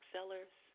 Sellers